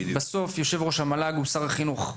בסוף יושב-ראש המל"ג הוא שר החינוך,